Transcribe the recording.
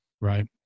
Right